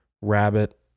rabbit